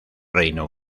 reino